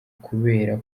kubera